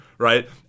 Right